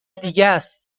دیگس